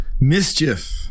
Mischief